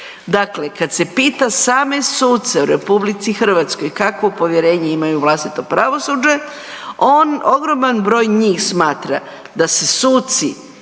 Dakle, kada se pita same suce u Republici Hrvatskoj kakvo povjerenje imaju u vlastito pravosuđe ogroman broj njih smatra da se suci